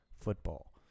football